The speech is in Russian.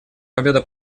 победа